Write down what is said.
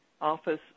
Office